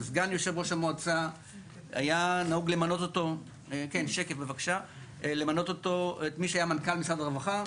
סגן יושב ראש המועצה היה נהוג למנות אותו את מי שהי מנכ"ל משרד הרווחה,